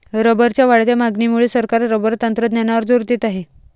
रबरच्या वाढत्या मागणीमुळे सरकार रबर तंत्रज्ञानावर जोर देत आहे